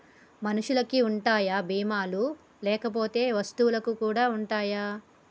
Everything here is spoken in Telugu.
మనుషులకి ఉంటాయా బీమా లు లేకపోతే వస్తువులకు కూడా ఉంటయా?